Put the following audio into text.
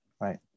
right